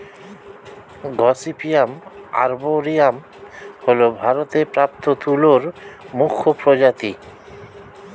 gossypium আর্বরিয়াম হল ভারতে প্রাপ্ত তুলোর মুখ্য প্রজাতি